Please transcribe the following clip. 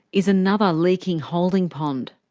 is another leaking holding pond.